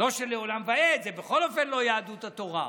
לא שלעולם ועד, בכל אופן זאת לא יהדות התורה.